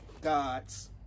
God's